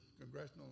congressional